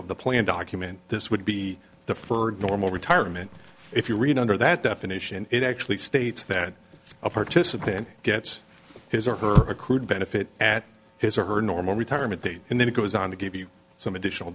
of the plan document this would be the furred normal retirement if you read under that definition it actually states that a participant gets his or her accrued benefit at his or her normal retirement date and then it goes on to give you some additional